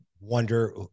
wonder